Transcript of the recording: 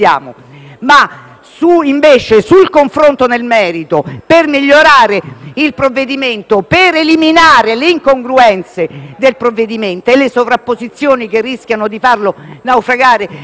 sul confronto nel merito per migliorare il provvedimento, eliminando le incongruenze e le sovrapposizioni, che rischiano di farlo naufragare come strumento,